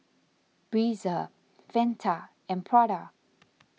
Breezer Fanta and Prada